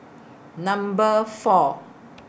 Number four